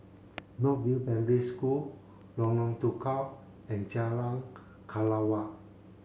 North View Primary School Lorong Tukol and Jalan Kelawar